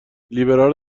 لیبرال